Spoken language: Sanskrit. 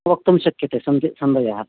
वक्तुं शक्यते सन्धिः सन्धयः